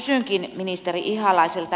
kysynkin ministeri ihalaiselta